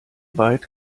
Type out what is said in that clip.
weit